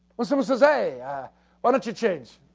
when someone says hey, why don't you change?